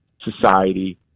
society